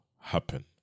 happen